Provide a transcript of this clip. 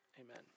amen